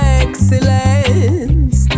excellence